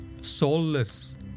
soulless